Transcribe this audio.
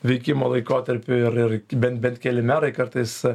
veikimo laikotarpiu ir ir bent bent keli merai kartais